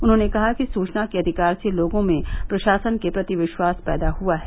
उन्होंने कहा कि सूचना के अधिकार से लोगों में प्रशासन के प्रति विश्वास पैदा हुआ है